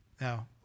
Now